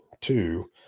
Two